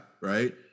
right